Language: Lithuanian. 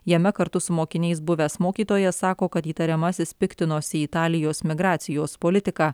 jame kartu su mokiniais buvęs mokytojas sako kad įtariamasis piktinosi italijos migracijos politika